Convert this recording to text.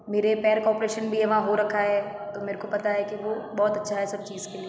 मेरे पैर का ऑपरेशन भी वहाँ हो रखा है तो मेरे को पता है कि वो बहुत अच्छा है सब चीज के लिए